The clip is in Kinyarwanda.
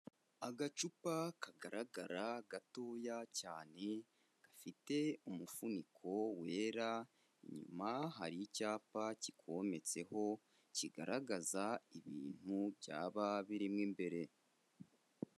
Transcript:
Agacupa kagaragara, gatoya cyane gafite umufuniko wera, inyuma hari icyapa kikometseho, kigaragaza ibintu byaba birimo imbere.